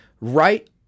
right